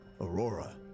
Aurora